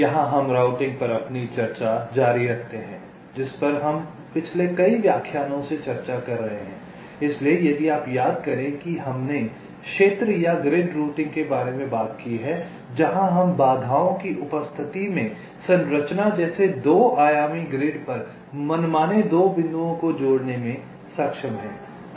यहाँ हम राउटिंग पर अपनी चर्चा जारी रखते हैं जिस पर हम पिछले कई व्याख्यानों से चर्चा कर रहे हैं इसलिए यदि आप याद करें कि हमने क्षेत्र या ग्रिड रूटिंग के बारे में बात की है जहाँ हम बाधाओं की उपस्थिति में संरचना जैसे 2 आयामी ग्रिड पर मनमाने 2 बिंदुओं को जोड़ने में सक्षम हैं